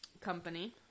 Company